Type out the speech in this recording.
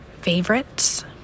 favorites